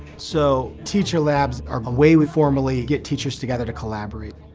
so teacher labs are a way we formally get teachers together to collaborate.